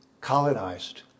colonized